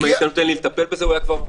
אם היית נותן לי לטפל בזה הוא היה כבר פה.